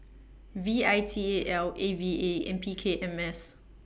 V I T A L A V A and P K M S